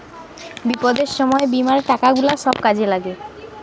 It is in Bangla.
বিপদের সময় বীমার টাকা গুলা সব কাজে লাগে